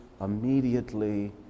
immediately